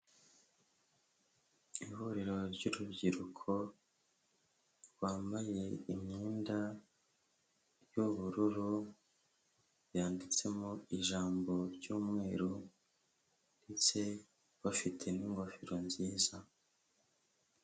Ihuriro ry'urubyiruko rwambaye imyenda y'ubururu yanditsemo ijambo ry'umweru ndetse bafite n'ingofero nziza.